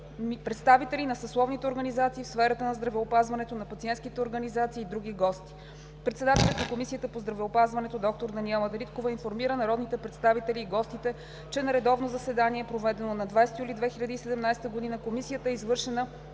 представители на съсловните организации в сферата на здравеопазването, на пациентските организации и други гости. Председателят на Комисията по здравеопазването – доктор Даниела Дариткова, информира народните представители и гостите, че на редовно заседание, проведено на 20 юли 2017 г., Комисията е извършила